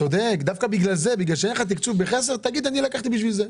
דווקא בגלל שאין לך תקצוב בחסר אתה צריך להגיד: "אני לקחתי בשביל זה".